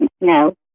No